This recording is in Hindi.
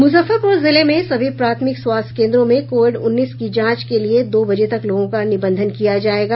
मुजफ्फरपुर जिले में सभी प्राथमिक स्वास्थ्य केन्द्रों में कोविड उन्नीस की जांच के लिये दो बजे तक लोगों का निबंधन किया जायेगा